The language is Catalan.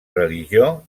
religió